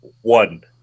one